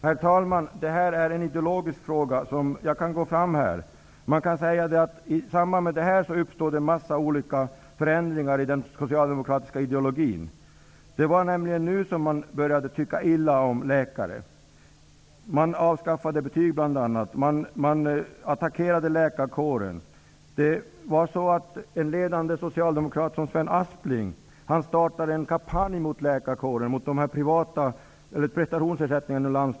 Herr talman! Detta är en ideologisk fråga. I samband med dessa saker uppstod en mängd förändringar i den socialdemokratiska ideologin. Det var nu som Socialdemokraterna började tycka illa om läkare. De avskaffade bl.a. betygen, och de attackerade läkarkåren. En ledande socialdemokrat vid namn Sven Aspling startade en kampanj mot läkarkåren och prestationsersättningen i land.